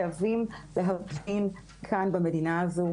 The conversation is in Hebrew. חייבים להבין כאן במדינה הזו,